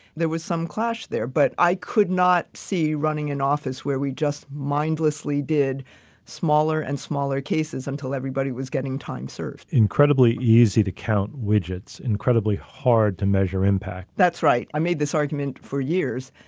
there was some clash there, but i could not see running an office where we just mindlessly did smaller and smaller cases until everybody was getting time served. incredibly easy to count widgets, incredibly hard to measure impact. that's right. i made this argument for years,